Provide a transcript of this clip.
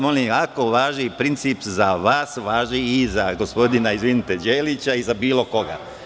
Molim vas, ako važi princip za vas, važi i za gospodina Đelića i za bilo koga.